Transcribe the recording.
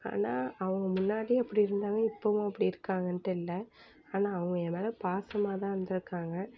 ஆனால் அவங்க முன்னாடி எப்படி இருந்தாங்க இப்போதும் அப்படி இருக்காங்கன்னுட்டு இல்லை ஆனால் அவங்க என் மேல் பாசமாக தான் இருந்திருக்காங்க